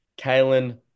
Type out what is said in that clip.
Kalen